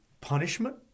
punishment